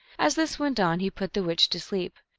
as this went on he put the witch to sleep.